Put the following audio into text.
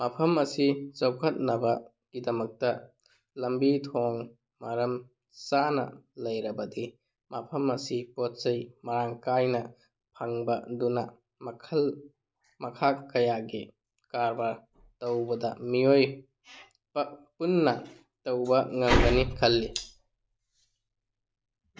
ꯃꯐꯝ ꯑꯁꯤ ꯆꯥꯎꯈꯠꯅꯕꯒꯤꯗꯃꯛꯇ ꯂꯝꯕꯤ ꯊꯣꯡ ꯃꯔꯝ ꯆꯥꯅ ꯂꯩꯔꯕꯗꯤ ꯃꯐꯝ ꯑꯁꯤ ꯄꯣꯠ ꯆꯩ ꯃꯔꯥꯡ ꯀꯥꯏꯅ ꯐꯪꯕꯗꯨꯅ ꯃꯈꯜ ꯃꯈꯥ ꯀꯌꯥꯒꯤ ꯀꯔꯕꯥꯔ ꯇꯧꯕꯗ ꯃꯤꯑꯣꯏ ꯕ ꯄꯨꯟꯅ ꯇꯧꯕ ꯉꯝꯒꯅꯤ ꯈꯜꯂꯤ